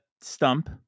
stump